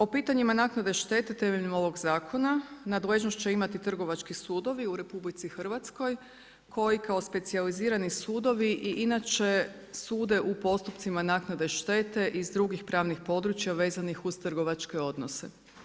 O pitanjima naknade štete temeljem ovog zakona, nadležnost će imati trgovački sudovi u RH, koji kao specijalizirani sudovi i inače sude u postupcima naknade štete iz drugih pravnih područja vezanih uz trgovačke odnose.